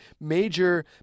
major